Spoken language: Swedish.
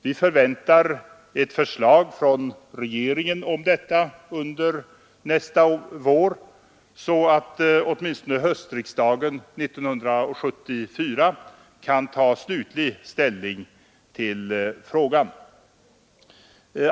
Vi förväntar ett förslag om detta från regeringen under nästa vår så att åtminstone höstriksdagen 1974 kan ta slutlig ställning till frågan.